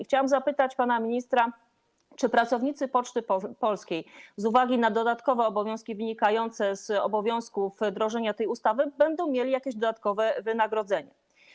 Chciałam zapytać pana ministra, czy pracownicy Poczty Polskiej z uwagi na dodatkowe obowiązki wynikające z konieczności wdrożenia tej ustawy będą mieli dodatkowe wynagrodzenie.